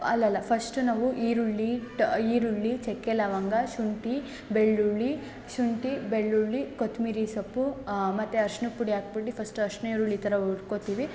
ಅಲ್ಲಲ್ಲ ಫಸ್ಟು ನಾವು ಈರುಳ್ಳಿ ಟ ಈರುಳ್ಳಿ ಚಕ್ಕೆ ಲವಂಗ ಶುಂಠಿ ಬೆಳ್ಳುಳ್ಳಿ ಶುಂಠಿ ಬೆಳ್ಳುಳ್ಳಿ ಕೊತ್ತಂಬ್ರಿ ಸೊಪ್ಪು ಮತ್ತು ಅರ್ಶ್ಣದ ಪುಡಿ ಹಾಕ್ಬುಟ್ಟಿ ಫಸ್ಟು ಅರಿಶ್ಣ ಈರುಳ್ಳಿ ಥರ ಹುರ್ಕೋತೀವಿ